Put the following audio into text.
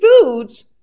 foods